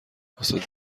واسه